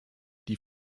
die